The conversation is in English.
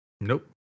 Nope